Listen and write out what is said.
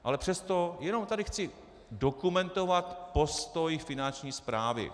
Ale přesto jenom tady chci dokumentovat postoj Finanční správy.